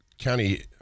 county